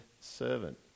servant